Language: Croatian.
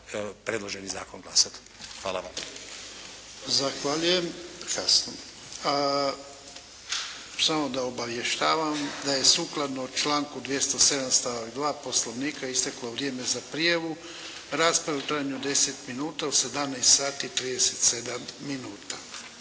predloženi zakon glasati. Hvala vam. **Jarnjak, Ivan (HDZ)** Zahvaljujem. Samo da obavještavam da je sukladno članku 207. stavak 2. Poslovnika isteklo vrijeme za prijavu rasprave u trajanju od 10 minuta u 17 sati i 37 minuta.